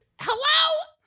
Hello